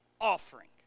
offering